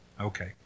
Okay